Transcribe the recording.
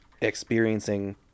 experiencing